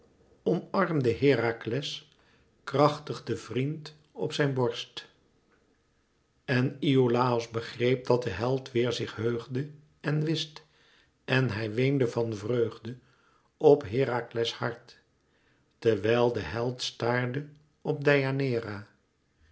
omarmde herakles krachtig den vriend op zijn borst en iolàos begreep dat de held weêr zich heugde en wist en hij weende van vreugde op herakles hart terwijl de held staarde op